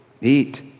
eat